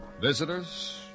Visitors